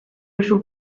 duzun